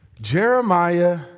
Jeremiah